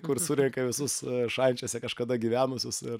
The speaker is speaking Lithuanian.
kur surenka visus šančiuose kažkada gyvenusius ir